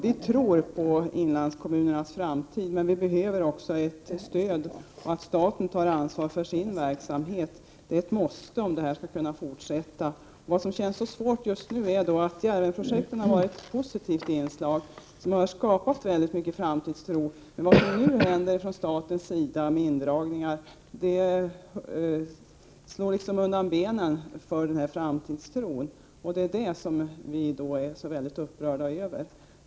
Vi tror på inlandskommunernas framtid, men vi behöver stöd, och staten bör ta ansvar för sin verksamhet. Det är ett måste i fortsättningen. Vad som känns svårt i det här sammanhanget är att Djärvenprojektet har varit ett positivt inslag och skapat väldigt mycket framtidstro. De indragningar man nu gör från statens sida slår så att säga undan benen för denna framtidstro. Det är vi väldigt upprörda över.